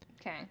Okay